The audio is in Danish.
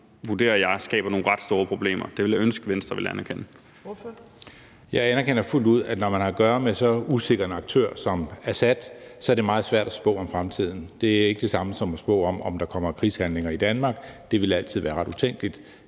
vurderer jeg skaber nogle ret store problemer, og det ville jeg ønske at Venstre ville anerkende.